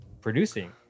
producing